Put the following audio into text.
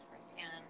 firsthand